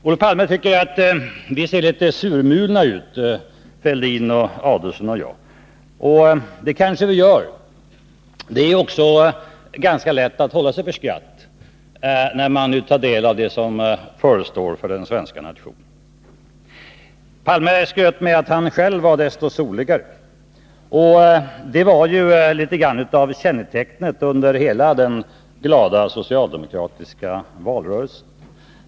Olof Palme tycker att vi ser litet surmulna ut, Thorbjörn Fälldin, Ulf Adelsohn och jag — och det kanske vi gör. Det är också ganska lätt att hålla sig för skratt när man nu tar del av vad som förestår för den svenska nationen. Olof Palme skröt med att han själv var desto soligare. Och det var något av kännetecknet under hela den glada socialdemokratiska valrörelsen.